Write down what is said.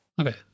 Okay